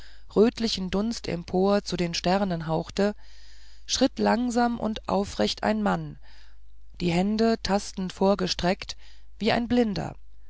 rötlichen dunst empor zu den sternen hauchte schritt langsam und aufrecht ein mann die hände tastend vorgestreckt wie ein blinder